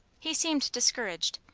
he seemed discouraged,